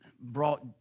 brought